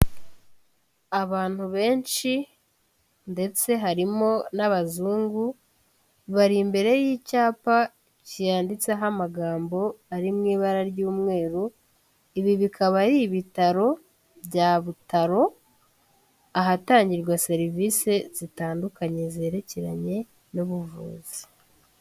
Abantu benshi ndetse harimo n'abazungu, bari imbere y'icyapa cyanditseho amagambo ari mu ibara ry'umweru, ibi bikaba ari ibitaro bya Butaro, ahatangirwa serivisi zitandukanye zerekeranye n'ubuvuzi.